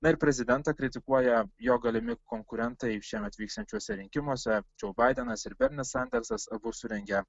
na ir prezidentą kritikuoja jo galimi konkurentai šiemet vyksiančiuose rinkimuose džo baidenas ir berni sandersas abu surengė